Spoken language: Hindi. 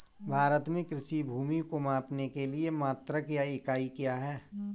भारत में कृषि भूमि को मापने के लिए मात्रक या इकाई क्या है?